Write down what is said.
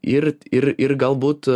ir ir ir galbūt